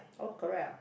all correct what